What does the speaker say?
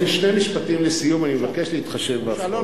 יש לי שני משפטים לסיום, אני מבקש להתחשב בהפרעות.